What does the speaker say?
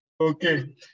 okay